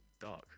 Dark